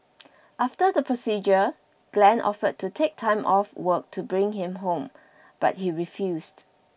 after the procedure Glen offered to take time off work to bring him home but he refused